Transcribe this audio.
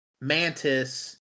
Mantis